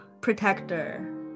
protector